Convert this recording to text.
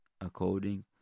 according